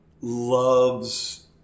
loves